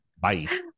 Bye